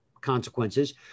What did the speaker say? consequences